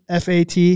fat